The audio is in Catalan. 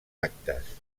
actes